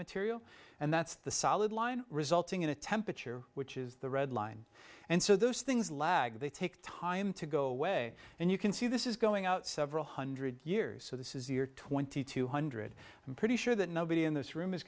material and that's the solid line resulting in a temperature which is the red line and so those things lag they take time to go away and you can see this is going out several hundred years so this is the are twenty two hundred i'm pretty sure that nobody in this room is